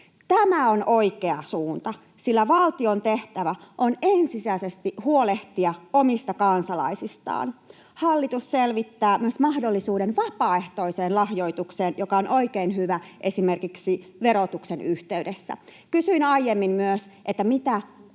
Tämä on oikea suunta, sillä valtion tehtävä on ensisijaisesti huolehtia omista kansalaisistaan. Hallitus selvittää myös mahdollisuuden vapaaehtoiseen lahjoitukseen, joka on oikein hyvä esimerkiksi verotuksen yhteydessä. Kysyin aiemmin myös, mitä Suomi